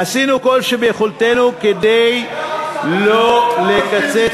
עשינו כל שביכולתנו כדי לא לקצץ,